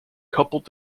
coupled